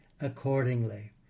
accordingly